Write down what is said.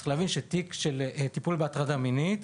צריך להבין שתיק הטיפול בהטרדה מינית,